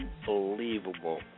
unbelievable